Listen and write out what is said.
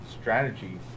strategy